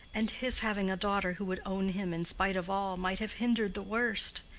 and his having a daughter who would own him in spite of all, might have hindered the worst.